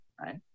Right